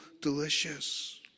delicious